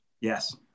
yes